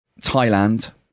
Thailand